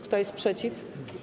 Kto jest przeciw?